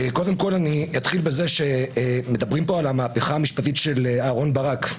מדברים פה על המהפכה המשפטית של אהרון ברק.